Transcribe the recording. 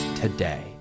today